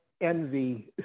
envy